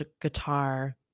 guitar